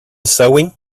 sewing